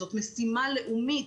זאת משימה לאומית,